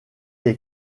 est